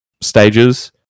stages